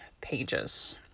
pages